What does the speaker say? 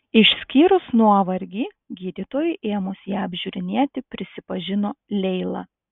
išskyrus nuovargį gydytojui ėmus ją apžiūrinėti prisipažino leila